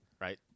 right